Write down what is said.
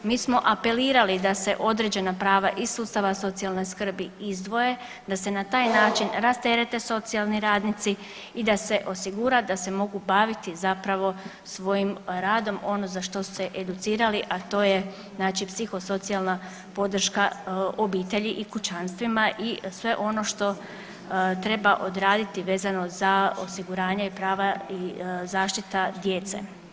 Mi smo apelirali da se određena prava iz sustava socijalne skrbi izdvoje, da se na taj način rasterete socijalni radnici i da se osigura da se mogu baviti zapravo svojim radom, ono za što su se educirali, a to je znači psihosocijalna podrška obitelji i kućanstvima i sve ono što treba odraditi vezano za osiguranje prava i zaštita djece.